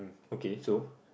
okay so